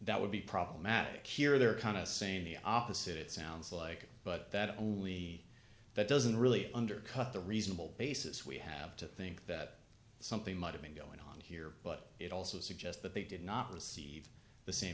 that would be problematic here they're kind of same the opposite it sounds like but that only that doesn't really undercut the reasonable basis we have to think that something might have been going on here but it also suggests that they did not receive the same